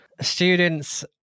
students